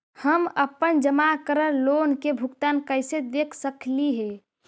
हम अपन जमा करल लोन के भुगतान कैसे देख सकली हे?